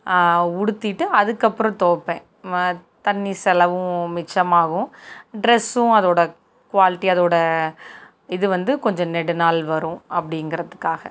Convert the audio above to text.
உடுத்திட்டு அதுக்கப்புறம் துவப்பேன் தண்ணி செலவும் மிச்சமாகும் ட்ரஸ்ஸும் அதோடய குவாலிட்டி அதோடய இது வந்து கொஞ்சம் நெடுநாள் வரும் அப்படிங்கிறதுக்காக